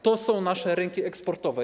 To są nasze rynki eksportowe.